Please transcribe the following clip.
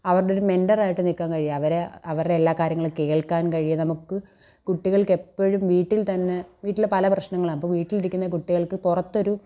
അവരുടെ ഒരു മെൻററായിട്ട് നിൽക്കാൻ കഴിയും അവരെ അവരുടെ എല്ലാ കാര്യങ്ങളും കേൾക്കാൻ കഴിയും നമുക്ക് കുട്ടികൾക്ക് എപ്പോഴും വീട്ടിൽ തന്നെ വീട്ടിൽ പല പ്രശ്നങ്ങൾ അപ്പോൾ വീട്ടിലിരിക്കുന്ന കുട്ടികൾക്ക് പുറത്തോരു